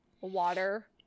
water